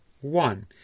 One